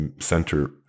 center